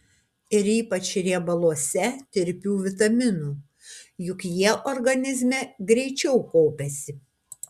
ir ypač riebaluose tirpių vitaminų juk jie organizme greičiau kaupiasi